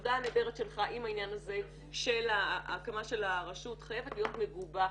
העבודה הנהדרת שלך עם העניין הזה של ההקמה של הרשות חייבת להיות מגובה.